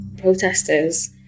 Protesters